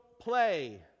play